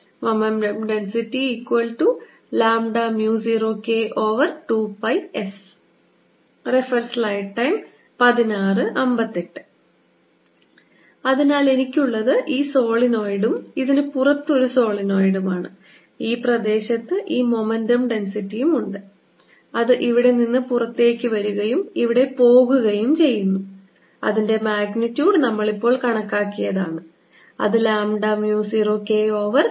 momentum ഡെൻസിറ്റി0K2πs അതിനാൽ എനിക്കുള്ളത് ഈ സോളിനോയിഡും ഇതിനു പുറത്ത് ഒരു സോളിനോയിഡുമാണ് ഈ പ്രദേശത്ത് ഈ മൊമെന്റം ഡെൻസിറ്റിയുണ്ട് അത് ഇവിടെ നിന്ന് പുറത്തേക്ക് വരികയും ഇവിടെ പോകുകയും ചെയ്യുന്നു അതിന്റെ മാഗ്നിറ്റ്യൂഡ് നമ്മളിപ്പോൾ കണക്കാക്കിയതാണ് അത് lambda mu 0 K over 2 pi S ആണ്